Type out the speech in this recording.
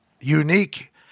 unique